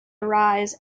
arise